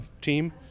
team